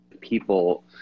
People